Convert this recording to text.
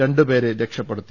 രണ്ടുപേരെ രക്ഷപ്പെടുത്തി